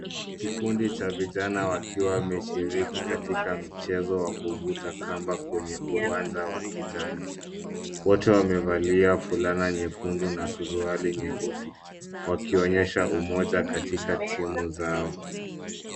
Kikundi cha vijana wakiwa wameshiriki katika mchezo wa kuvuta kamba kwenye uwanja wa kijani. Wote wamevalia fulana nyekundu na suruali nyeusi wakionyesha umoja katika timu zao.